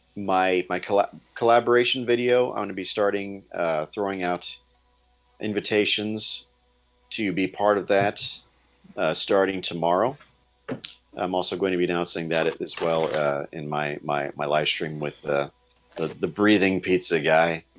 my michael ah collaboration video, i'm going to be starting throwing out invitations to be part of that starting tomorrow i'm also going to be announcing that it as well in my my my life string with the the breathing pizza guy